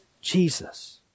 Jesus